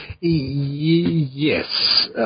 Yes